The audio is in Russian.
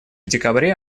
декабре